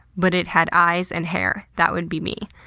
but it had eyes and hair, that would be me.